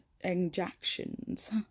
injections